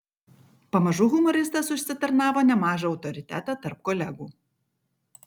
pamažu humoristas užsitarnavo nemažą autoritetą tarp kolegų